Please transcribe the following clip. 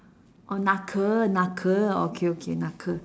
orh knuckle knuckle okay okay knuckle